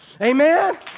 amen